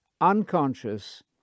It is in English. unconscious